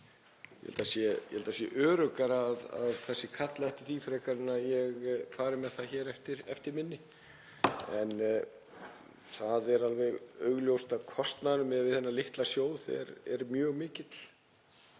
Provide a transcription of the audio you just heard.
Ég held að það sé öruggara að kallað sé eftir því frekar en að ég fari með það hér eftir minni en það er alveg augljóst að kostnaðurinn, miðað við þennan litla sjóð, er mjög mikill